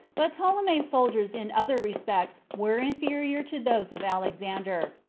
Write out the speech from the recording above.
but ptolemy's soldiers in other respects were inferior to those of alexander,